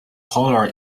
color